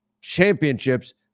championships